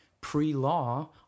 pre-law